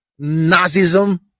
Nazism